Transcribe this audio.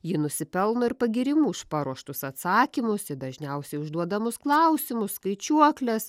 ji nusipelno ir pagyrimų už paruoštus atsakymus į dažniausiai užduodamus klausimus skaičiuokles